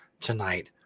tonight